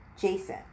Jason